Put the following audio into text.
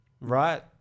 right